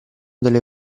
delle